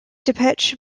depeche